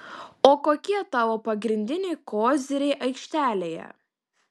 o kokie tavo pagrindiniai koziriai aikštelėje